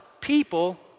people